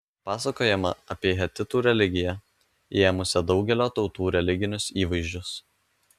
pasakojama apie hetitų religiją įėmusią daugelio tautų religinius įvaizdžius